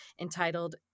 entitled